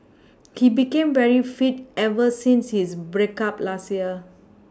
he became very fit ever since his break up last year